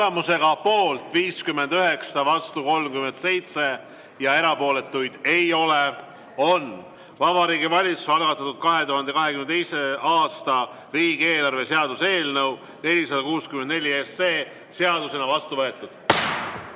Tulemusega poolt 59, vastu 37 ja erapooletuid ei ole, on Vabariigi Valitsuse algatatud 2022. aasta riigieelarve seaduse eelnõu 464 seadusena vastu võetud.